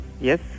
Yes